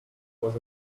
was